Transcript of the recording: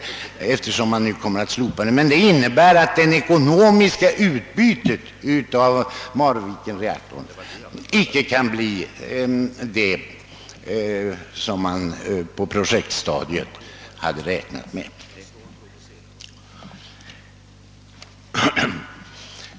Men den omständigheten att överhettningsmetoden inte kan användas innebär, att det ekonomiska utbytet av Marvikenreaktorn icke kan bli det som man på projektstadiet hade räknat med.